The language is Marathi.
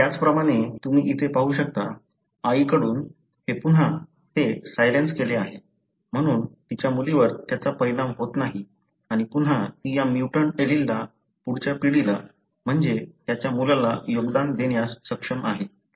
त्याचप्रमाणे तुम्ही इथे पाहू शकता आईकडून हे पुन्हा ते सायलेन्स केले आहे म्हणून तिच्या मुलीवर त्याचा परिणाम होत नाही आणि पुन्हा ती या म्युटंट एलीलला पुढच्या पिढीला म्हणजे त्याच्या मुलाला योगदान देण्यास सक्षम आहे